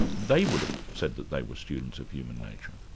they would have said that they were students of human nature.